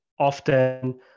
often